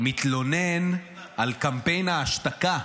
-- מתלונן על קמפיין ההשתקה.